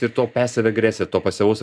ir to pesiv agresiją to pasyvaus